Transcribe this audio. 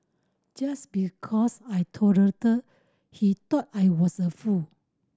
just because I tolerated he thought I was a fool